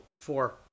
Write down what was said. four